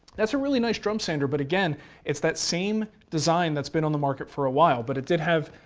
that's a really nice drum sander but again it's that same design that's been on the market for a while, but it did have,